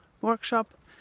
workshop